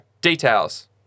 details